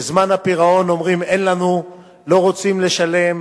בזמן הפירעון אומרים: אין לנו, לא רוצים לשלם.